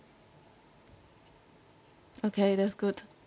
okay that's good